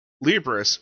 Libris